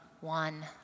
one